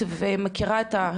לצד המשפחות הגרעיניות שלהם.